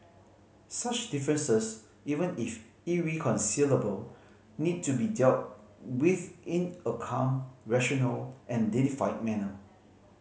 such differences even if irreconcilable need to be dealt with in a calm rational and dignified manner